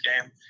game